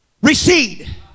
recede